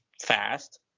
fast